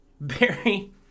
Barry